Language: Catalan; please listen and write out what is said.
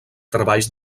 treballs